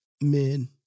men